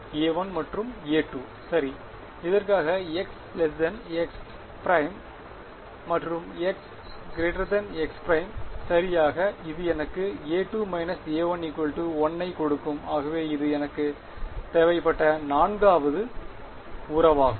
A1 மற்றும் A2 சரி இதற்காக x x′ and x x′ சரி ஆக இது எனக்கு A2 − A1 1 ஐ கொடுக்கும் ஆகவே இது எனக்கு தேவைப்பட்ட நான்காவது உறவாகும்